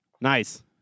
Nice